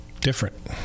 different